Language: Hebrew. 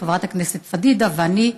חברת הכנסת פדידה ואני,